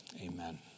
Amen